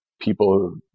people